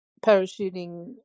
parachuting